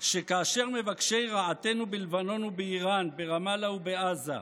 שכאשר מבקשי רעתנו בלבנון ובאיראן, ברמאללה ובעזה,